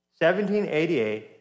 1788